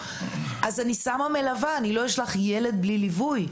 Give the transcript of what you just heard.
אז אני שמה מלווה, אני לא אשלח ילד בלי ליווי.